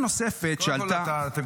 אתה יודע,